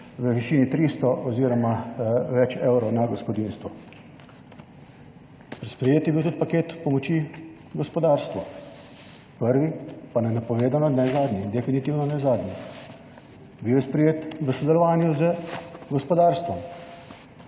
v višini 300 oziroma več evrov na gospodinjstvo. Sprejet je bil tudi paket pomoči gospodarstvu, prvi, pa ne napovedano, ne zadnji, definitivno ne zadnji. Bil je sprejet v sodelovanju z gospodarstvom,